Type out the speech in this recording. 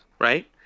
right